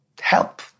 help